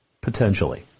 potentially